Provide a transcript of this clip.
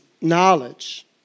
knowledge